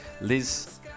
Liz